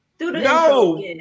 No